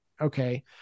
Okay